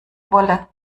wolle